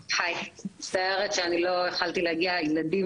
מצטערת שלא יכולתי להגיע לדיון.